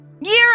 year